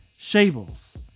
Shables